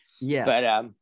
Yes